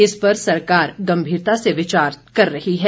इस पर सरकार में गंभीरता से विचार चल रहा है